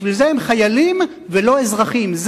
בשביל זה הם חיילים ולא אזרחים.